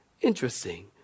Interesting